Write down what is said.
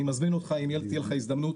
אני מזמין אותך אם תהיה לך הזדמנות,